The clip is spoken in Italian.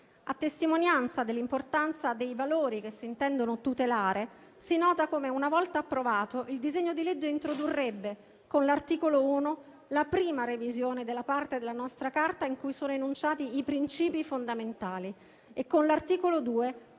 A testimonianza dell'importanza dei valori che si intendono tutelare, si nota come, una volta approvato, il disegno di legge introdurrebbe, con l'articolo 1, la prima revisione della parte della nostra Carta in cui sono enunciati i principi fondamentali e, con l'articolo 2, la prima modifica